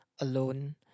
alone